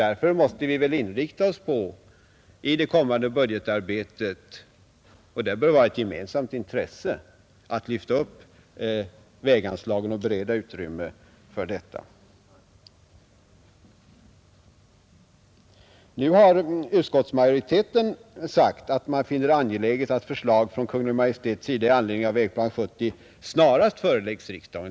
Därför måste vi i det kommande budgetarbetet inrikta oss på — och det bör vara ett gemensamt intresse — att lyfta upp väganslagen och bereda utrymme för detta. Nu har utskottsmajoriteten sagt att man finner det angeläget att förslag från Kungl. Maj:t i anledning av Vägplan 1970 snarast föreläggs «riksdagen.